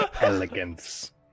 Elegance